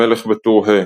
מלך בטור ה',